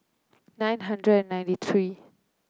nine hundred and ninety three